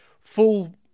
Full